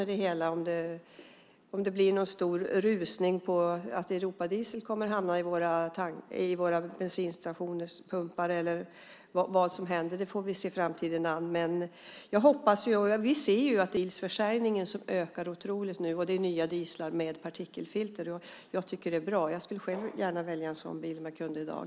Vi får se om det blir rusning efter europadieseln, att det blir den som hamnar i pumparna på våra bensinstationer. Vi får se framtiden an. Nu ökar dieselbilsförsäljningen mycket kraftigt, och det handlar om nya dieslar med partikelfilter. Det tycker jag är bra. Om jag kunde skulle jag gärna välja en sådan bil i dag.